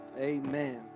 Amen